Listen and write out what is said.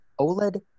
OLED